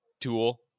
tool